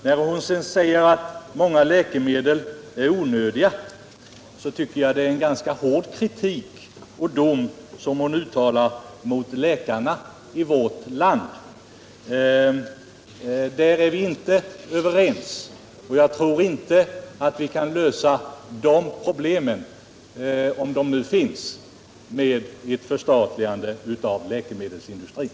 När hon sedan säger att många läkemedel är onödiga, så tycker jag att det är en ganska hård dom hon uttalar mot läkarna i vårt land. Därvidlag är vi inte överens. Jag tror inte att vi kan lösa det problemet, om det nu finns, med ett förstatligande av läkemedelsindustrin.